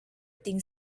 thing